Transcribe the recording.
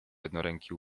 jednoręki